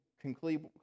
conclude